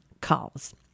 calls